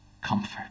comfort